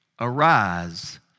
arise